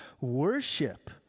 worship